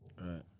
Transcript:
Right